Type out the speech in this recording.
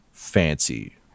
fancy